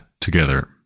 together